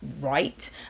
right